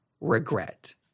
regret